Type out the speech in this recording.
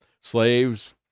Slaves